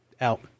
out